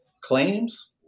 Claims